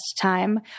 time